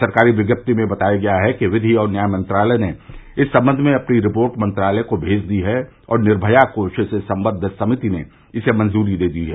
सरकारी विज्ञपि में बताया है कि विधि और न्याय मंत्रालय ने इस संबंध में अपनी रिपोर्ट मंत्रालय को भेज दी है और निर्मया कोष से संबद्ध समिति ने इसे मंजरी दे दी है